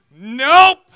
Nope